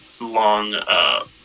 long